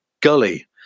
gully